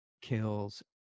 kills